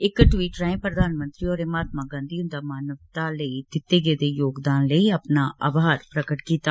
इक ट्वीट राए प्रधानमंत्री होरें महात्मा गांधी हुंदा मानवता लेई दित्ते गेदे योगदान लेई अपना अभार प्रकट कीता